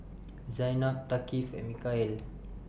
Zaynab Thaqif and Mikhail